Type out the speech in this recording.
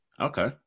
Okay